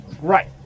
Right